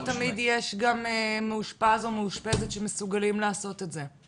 לא תמיד יש גם מאושפז או מאושפזת שמסוגלים לעשות את זה,